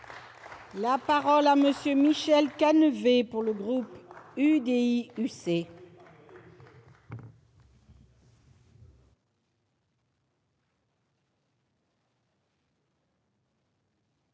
La parole est à M. Michel Canevet, pour le groupe de l'UDI-UC.